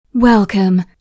Welcome